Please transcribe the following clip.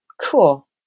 cool